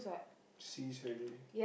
cease already